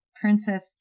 princess